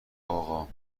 آقا